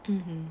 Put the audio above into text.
mmhmm